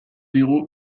digu